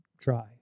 try